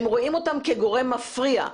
הם רואים אותם כגורם מפריע,